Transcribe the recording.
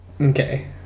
okay